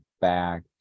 back